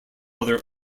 other